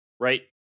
right